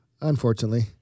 Unfortunately